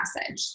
message